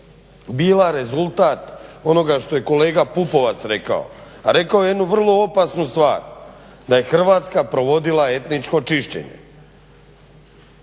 bila rezultat i onoga što je kolega Pupovac rekao, a rekao je jednu vrlo opasnu stvar, da je Hrvatska provodila etničko čišćenje.